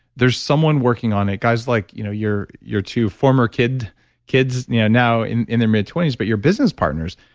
there's someone working on it, guys like you know your your two former kids now you know now in in their mid twenty s, but your business partners.